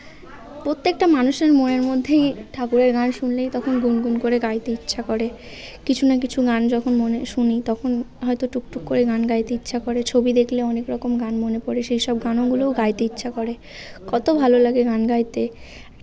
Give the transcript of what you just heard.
প্রত্যেকটা মানুষের মনের মধ্যেই ঠাকুরের গান শুনলেই তো তখন গুনগুন করে গাইতে ইচ্ছা করে কিছু না কিছু গান যখন মনে শুনি তখন হয়তো টুকটুক করে গান গাইতে ইচ্ছা করে ছবি দেখলে অনেক রকম গান মনে পড়ে সেই সব গানওগুলোও গাইতে ইচ্ছা করে কত ভালো লাগে গান গাইতে